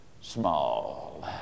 small